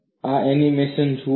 આ એનિમેશન જુઓ